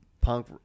punk